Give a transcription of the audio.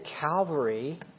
Calvary